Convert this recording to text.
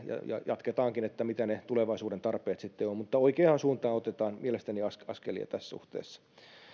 ja jatketaankin siitä mitä ne tulevaisuuden tarpeet sitten ovat mutta oikeaan suuntaan otetaan mielestäni askelia tässä suhteessa